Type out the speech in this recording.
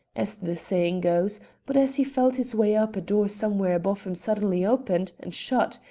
as the saying goes but as he felt his way up, a door somewhere above him suddenly opened and shut,